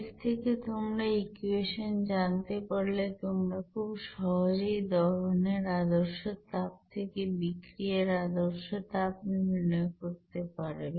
এর থেকে তোমরা ইকুয়েশন জানতে পারলে তোমরা খুব সহজেই দহনের আদর্শ তাপ থেকে বিক্রিয়ার আদর্শ তাপ নির্ণয় করতে পারবে